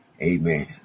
Amen